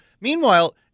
Meanwhile